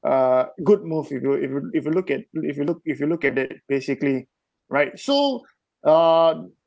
uh good move if you if you if you look at if you look if you look at that basically right so uh